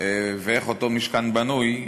ואיך אותו משכן בנוי,